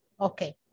Okay